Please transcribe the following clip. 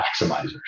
maximizers